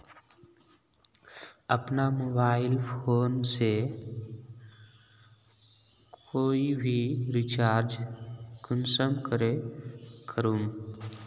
अपना mobile phone से कोई भी रिचार्ज कुंसम करे करूम?